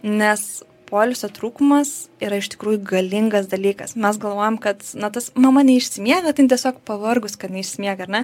nes poilsio trūkumas yra iš tikrųjų galingas dalykas mes galvojam kad na tas mama neišsimiega tai jin tiesiog pavargus kad neišsimiega ar ne